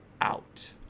out